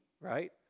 right